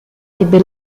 ebbe